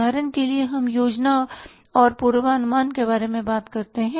उदाहरण के लिए हम योजना और पूर्वानुमान के बारे में बात करते हैं